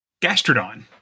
Gastrodon